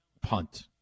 punt